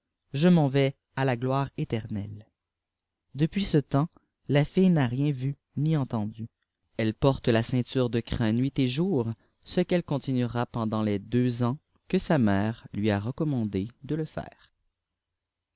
je m'en vais à la gloire éternelle depuis ce temps la fille n'a rien vu ni entendu elle porte la ceinture dé crin nuit et jour ce qu'elle continuera pendant les deux ans que sa mère lui a recommandé de le faire